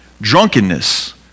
drunkenness